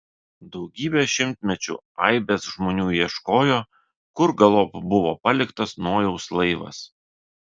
daugybę šimtmečių aibės žmonių ieškojo kur galop buvo paliktas nojaus laivas